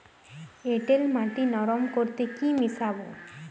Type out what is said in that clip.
এঁটেল মাটি নরম করতে কি মিশাব?